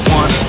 one